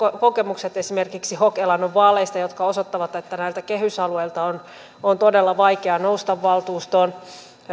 kokemukset esimerkiksi hok elannon vaaleista jotka osoittavat että näiltä kehysalueilta on todella vaikea nousta valtuustoon